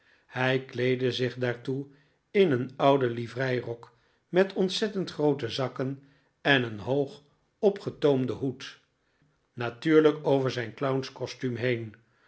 hij kleedde zich daartoe in een ouden livreirok met ontzettend groote zakken en een hoog opgetoomden hoed natuurlijk over zijn clownskostuum heen